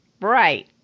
Right